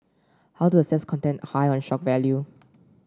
how to assess content high on shock value